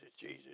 Jesus